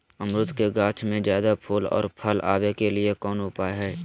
अमरूद के गाछ में ज्यादा फुल और फल आबे के लिए कौन उपाय है?